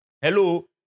hello